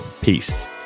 Peace